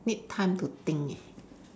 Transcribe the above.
need time to think eh